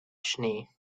seriously